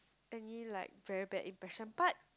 any like very bad impression but